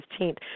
15th